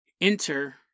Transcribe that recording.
enter